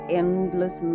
endless